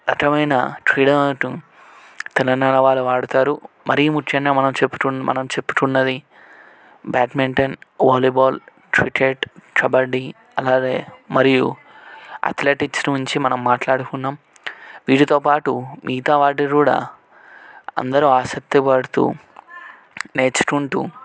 రకమైన క్రీడలకు తెలంగాణ వాళ్ళు వాడతారు మరీ ముఖ్యంగా మనం చెప్పుతున్న మనం చెప్పుకున్నది బ్యాడ్మింటన్ వాలీబాల్ క్రికెట్ కబడ్డీ మరియు అథ్లెటిక్స్ నుంచి మనం మాట్లాడుకున్నాము వీటితోపాటు మిగతా వాటికి కూడా అందరూ ఆసక్తి పడుతూ నేర్చుకుంటూ